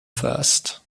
first